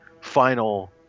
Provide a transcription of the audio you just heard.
final